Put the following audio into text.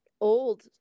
old